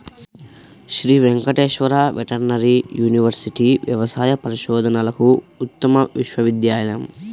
Shri Venkateswara veterinary university వ్యవసాయ పరిశోధనలకు ఉత్తమ విశ్వవిద్యాలయం